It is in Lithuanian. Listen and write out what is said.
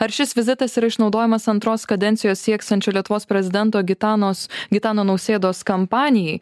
ar šis vizitas yra išnaudojamas antros kadencijos sieksiančiu lietuvos prezidento gitanos gitano nausėdos kampanijai